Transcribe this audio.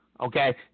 Okay